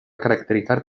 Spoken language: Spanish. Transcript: caracterizar